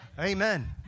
Amen